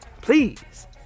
Please